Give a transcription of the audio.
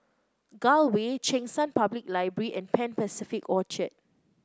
Gul Way Cheng San Public Library and Pan Pacific Orchard